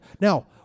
now